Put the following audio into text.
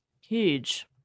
Huge